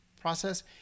process